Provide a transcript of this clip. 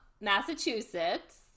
Massachusetts